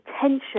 tension